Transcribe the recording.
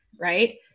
right